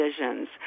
visions